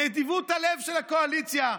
נדיבות הלב של הקואליציה,